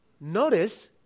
Notice